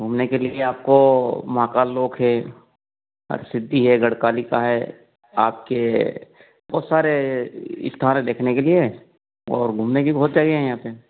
घूमने के लिए आपको महाकाल लोक है और सिद्धि है गढ़कालिका है आपके बहुत सारे स्थान हैं देखने के लिए और घूमने की बहुत जगह हैं यहाँ पे